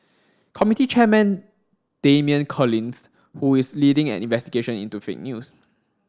committee chairman Damian Collins who is leading an investigation into fake news